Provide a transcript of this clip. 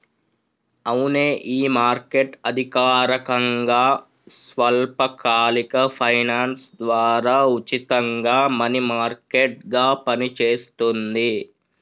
అవునే ఈ మార్కెట్ అధికారకంగా స్వల్పకాలిక ఫైనాన్స్ ద్వారా ఉచితంగా మనీ మార్కెట్ గా పనిచేస్తుంది